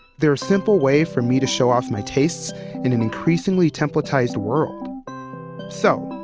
they're a simple way for me to show off my tastes in an increasingly templatized world so,